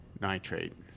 nitrate